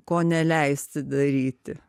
ko neleisti daryti